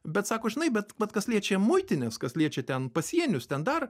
bet sako žinai bet vat kas liečia muitines kas liečia ten pasienius ten dar